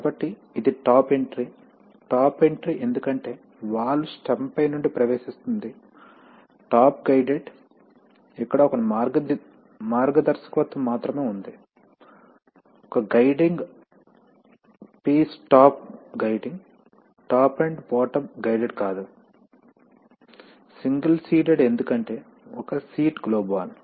కాబట్టి ఇది top entry top entry ఎందుకంటే వాల్వ్ స్టెమ్ పై నుండి ప్రవేశిస్తుంది టాప్ గైడెడ్ ఇక్కడ ఒక మార్గదర్శకత్వం మాత్రమే ఉంది ఒక guiding piece top guiding top and bottom guided కాదు సింగిల్ సీటెడ్ ఎందుకంటే ఒకే సీట్ గ్లోబ్ వాల్వ్